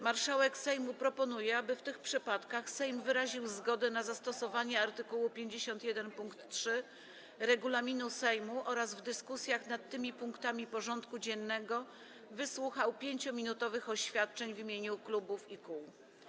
Marszałek Sejmu proponuje, aby w tych przypadkach Sejm wyraził zgodę na zastosowanie art. 51 pkt 3 regulaminu Sejmu oraz w dyskusjach nad tymi punktami porządku dziennego wsłuchał 5-minutowych oświadczeń w imieniu klubów i kół.